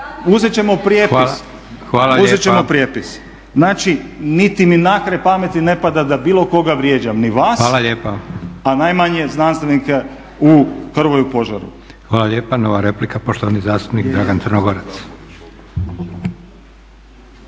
(Nezavisni)** Znači niti mi na kraj pameti ne pada da bilo koga vrijeđam ni vas, a najmanje znanstvenike u Hrvoju Požaru. **Leko, Josip (SDP)** Hvala lijepa. Nova replika poštovani zastupnik Dragan Crnogorac.